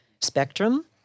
spectrum